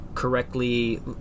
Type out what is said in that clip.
Correctly